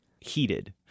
heated